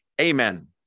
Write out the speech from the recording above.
Amen